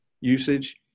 usage